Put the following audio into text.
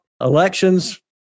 Elections